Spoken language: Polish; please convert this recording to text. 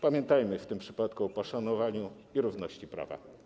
Pamiętajmy w tym przypadku o poszanowaniu i równości wobec prawa.